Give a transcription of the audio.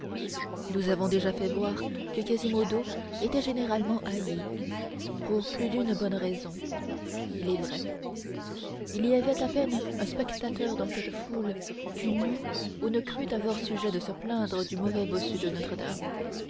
nous avons déjà fait voir que quasimodo était généralement haï pour plus d'une bonne raison il est vrai il y avait à peine un spectateur dans cette foule qui n'eût ou ne crût avoir sujet de se plaindre du mauvais bossu de notre-dame